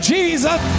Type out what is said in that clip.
Jesus